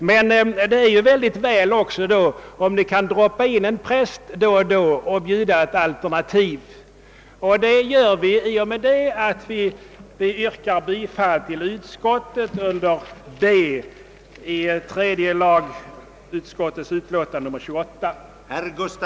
Men då är det ju också bra om det kan droppa in en präst någon gång och bjuda ett alternativ! Det åstadkommer vi genom att yrka bifall till utskottets förslag under mom. B i tredje lagutskottets utlåtande nr 28.